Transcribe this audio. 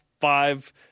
five